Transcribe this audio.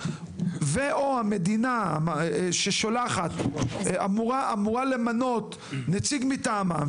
ו/או המדינה ששולחת אמורה למנות נציג מטעמה,